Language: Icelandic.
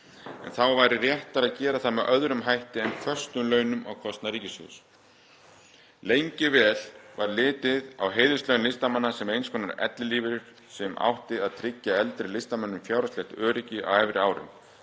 en þá væri réttara að gera það með öðrum hætti en föstum launum á kostnað ríkissjóðs. Lengi vel var litið á heiðurslaun listamanna sem eins konar ellilífeyri sem átti að tryggja eldri listamönnum fjárhagslegt öryggi á efri árum.